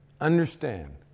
understand